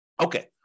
Okay